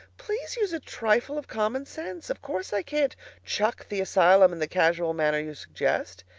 please use a trifle of common sense. of course i can't chuck the asylum in the casual manner you suggest.